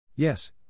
Yes